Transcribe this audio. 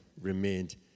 remained